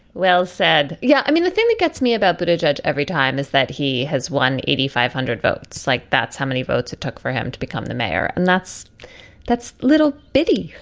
well said. yeah. i mean, the thing that gets me about but a judge every time is that he has one eighty five hundred votes like that's how many votes it took for him to become the mayor. and that's that's little bitty.